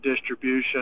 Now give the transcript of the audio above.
distribution